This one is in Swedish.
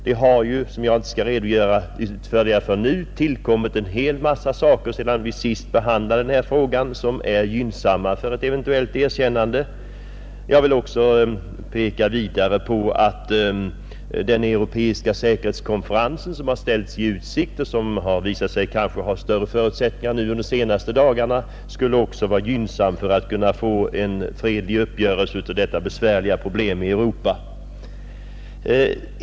Det har, vilket jag inte skall redogöra för nu, sedan vi sist behandlade denna fråga tillkommit en mängd omständigheter som är gynnsamma för ett eventuellt erkännande, Vidare vill jag peka på att den europeiska säkerhetskonferens som har ställts i utsikt och som under de senaste dagarna visat sig ha större förutsättningar än tidigare att komma till stånd gynnsamt skulle kunna medverka till en fredlig uppgörelse av dessa besvärliga problem i Europa.